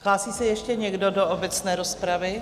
Hlásí se ještě někdo do obecné rozpravy?